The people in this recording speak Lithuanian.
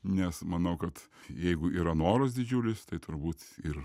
nes manau kad jeigu yra noras didžiulis tai turbūt ir